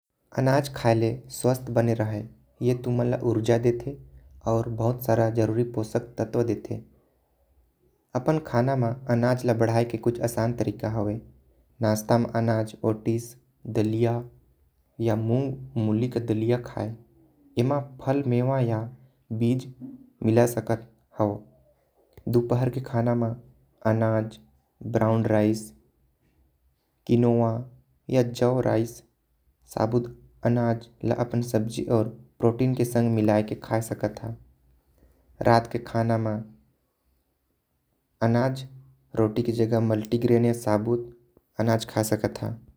अनाज खाए ले स्वस्थ बने रहे ए तुमान ल ऊर्जा देते आऊ। बहुत सारा जरूरी पोषक तत्व देते। अपन खाना म अनाज ल बढ़ाई के कुछ आसान तरीका हैवे। नाश्ता में अनाज ओट्स दरिया या मूंग मिली के दलिया खाए। एमा फल मेवा या बीज मिला सकत हो दुपहर के खान म। अनाज ब्राउन राइस किनोवा या जो राइस सबूत अनाज ल अपन सब्जी आऊ। प्रोटीन के संग मिलाए के खाए सकत हो रात के खाना म। अनाज रोटी के जगह मल्टीग्रेनियर सबूत अनाज खाए सकत ह।